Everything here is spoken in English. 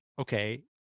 okay